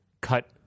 cut